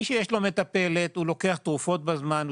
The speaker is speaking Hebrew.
מי שיש לו מטפלת, מצליח לקחת תרופות בזמן,